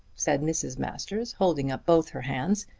said mrs. masters, holding up both her hands.